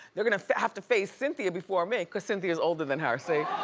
they're gonna have to phase cynthia before me, cause cynthia's older than her, see.